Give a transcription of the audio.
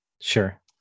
sure